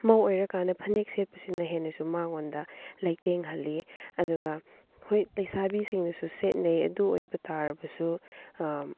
ꯃꯧ ꯑꯣꯏꯔꯀꯥꯟꯗ ꯐꯅꯦꯛ ꯁꯦꯠꯄꯁꯤꯅ ꯍꯦꯟꯅꯁꯨ ꯃꯉꯣꯟꯗ ꯂꯩꯇꯦꯡꯍꯜꯂꯤ ꯑꯗꯨꯒ ꯍꯣꯏ ꯂꯩꯁꯥꯕꯤꯁꯤꯡꯅꯁꯨ ꯁꯦꯠꯅꯩ ꯑꯗꯨꯑꯣꯏꯕ ꯇꯥꯔꯕꯁꯨ